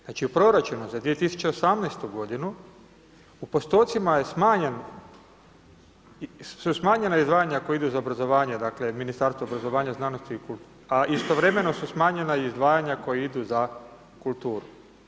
Znači u proračunu za 2018. g. u postocima je smanjen, su smanjena izdvajanja koja idu za obrazovanje, dakle, Ministarstvo obrazovanja, znanosti, a istovremeno su smanjena izdvajanja koja idu za kulturu.